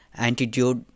antidote